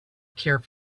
care